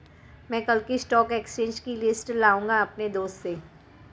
मै कल की stock exchange की लिस्ट लाऊंगा अपने दोस्त से